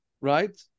right